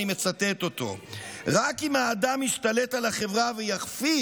אני מצטט אותו: "רק אם האדם ישתלט על החברה ויכפיף,